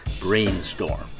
Brainstorm